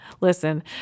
listen